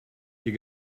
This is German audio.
ihr